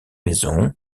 maison